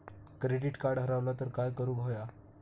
Credit card हरवला तर काय करुक होया?